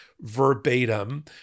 verbatim